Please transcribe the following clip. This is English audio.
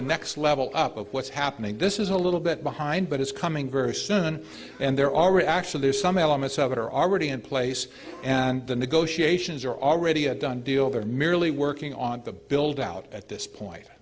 the next level up of what's happening this is a little bit behind but it's coming very soon and they're already actually there's some elements of it are already in place and the negotiations are already a done deal they're merely working on the build out at this point